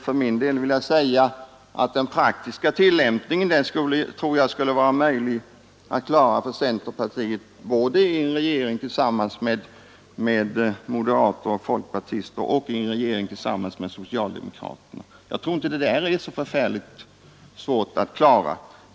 För min del tror jag att den praktiska tillämpningen skulle vara möjlig att klara för centerpartiet både i en regering tillsammans med moderater och folkpartister och i en regering tillsammans med socialdemokraterna. Det där problemet bör inte vara så förfärligt svårt att lösa.